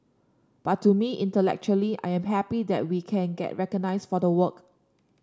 but to me intellectually I am happy that we can get recognised for the work